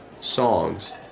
songs